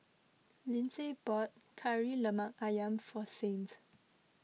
Lyndsay bought Kari Lemak Ayam for Saint